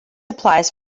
applies